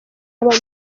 aba